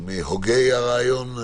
מהוגי הרעיון,